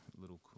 little